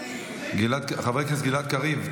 חבר הכנסת גלעד קריב,